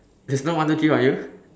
there's no one two three for you